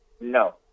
No